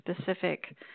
specific